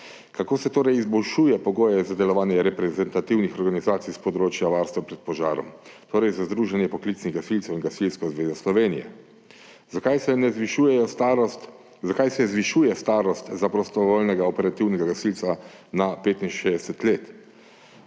kako se torej izboljšuje pogoje za delovanje reprezentativnih organizacij s področja varstva pred požarom, torej za Združenje slovenskih poklicnih gasilcev in Gasilsko zvezo Slovenije, zakaj se zvišuje starost za prostovoljnega operativnega gasilca na 65 let